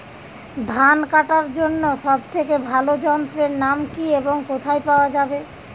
ধান কাটার জন্য সব থেকে ভালো যন্ত্রের নাম কি এবং কোথায় পাওয়া যাবে?